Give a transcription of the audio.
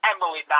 Emily